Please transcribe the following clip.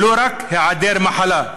ולא רק היעדר מחלה.